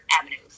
avenues